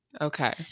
okay